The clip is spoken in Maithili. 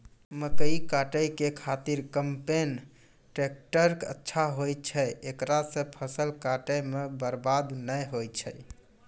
मकई काटै के खातिर कम्पेन टेकटर अच्छा होय छै ऐकरा से फसल काटै मे बरवाद नैय होय छै?